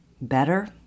better